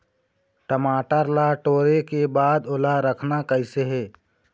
टमाटर ला टोरे के बाद ओला रखना कइसे हे?